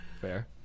Fair